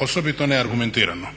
osobito ne argumentirano.